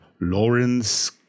Lawrence